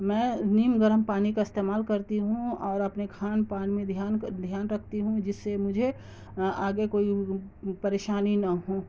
میں نیم گرم پانی کا استعمال کرتی ہوں اور اپنے کھان پان میں دھیان دھیان رکھتی ہوں جس سے مجھے آگے کوئی پریشانی نہ ہوں